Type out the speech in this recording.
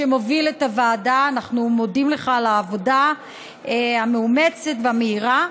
שמוביל את הוועדה: אנחנו מודים לך על העבודה המאומצת והמהירה,